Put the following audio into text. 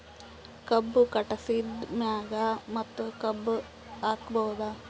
ಕಬ್ಬು ಕಟಾಸಿದ್ ಮ್ಯಾಗ ಮತ್ತ ಕಬ್ಬು ಹಾಕಬಹುದಾ?